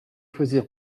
choisir